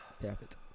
perfect